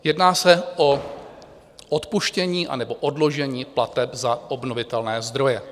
Jedná se o odpuštění anebo odložení plateb za obnovitelné zdroje.